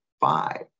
five